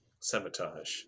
Sabotage